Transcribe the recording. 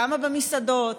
כמה במסעדות,